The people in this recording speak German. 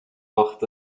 macht